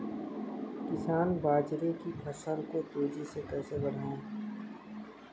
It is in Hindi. किसान बाजरे की फसल को तेजी से कैसे बढ़ाएँ?